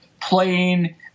playing